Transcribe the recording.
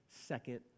second